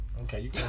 Okay